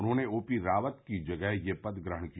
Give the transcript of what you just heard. उन्होंने ओपी रावत की जगह यह पद ग्रहण किया